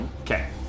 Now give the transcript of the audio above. Okay